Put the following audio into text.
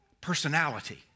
personality